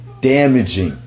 Damaging